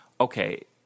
Okay